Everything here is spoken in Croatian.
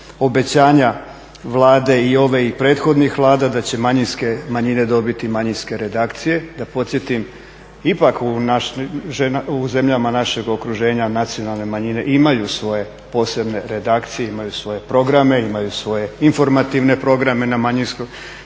obećanja Vlade i ove i prethodnih vlada da će manjine dobiti manjinske redakcije. Da podsjetim ipak u zemljama našeg okruženja nacionalne manjine imaju svoje posebne redakcije i imaju svoje programe, imaju svoje informativne programe na svom